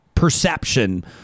perception